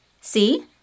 See